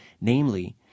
Namely